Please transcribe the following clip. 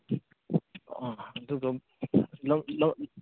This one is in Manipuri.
ꯑꯥ ꯑꯗꯨꯒ